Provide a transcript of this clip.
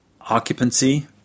occupancy